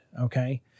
okay